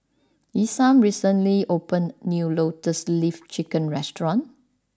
Isam recently opened a new Lotus Leaf Chicken restaurant